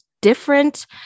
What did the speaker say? different